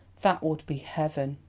that would be heaven!